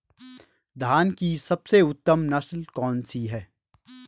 धान की सबसे उत्तम नस्ल कौन सी है?